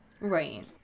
Right